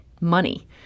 money